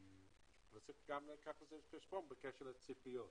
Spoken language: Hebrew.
צריך לקחת את זה בחשבון בקשר לציפיות.